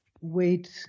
wait